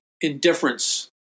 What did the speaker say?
indifference